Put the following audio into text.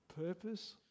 purpose